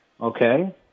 okay